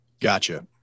Gotcha